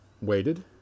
waited